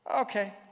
Okay